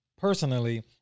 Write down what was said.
personally